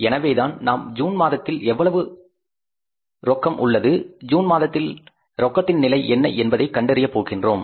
எனவேதான் நாம் ஜூன் மாதத்தில் எவ்வளவு ரொக்கம் உள்ளது ஜூன் மாதத்தில் ரொக்கத்தின் நிலை என்ன என்பதை கண்டறிய போகின்றோம்